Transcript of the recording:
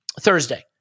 Thursday